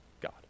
God